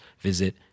visit